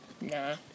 Nah